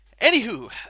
Anywho